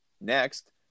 next